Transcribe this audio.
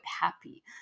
happy